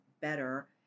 better